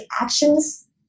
actions